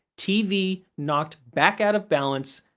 tv knocked back out of balance,